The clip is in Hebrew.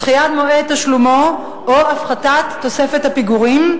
דחיית מועד תשלומו או הפחתת תוספת פיגורים,